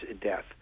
death